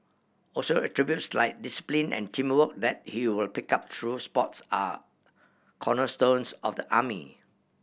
also attributes like discipline and teamwork that he will pick up through sports are cornerstones of the army